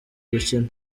gukina